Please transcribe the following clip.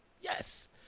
Yes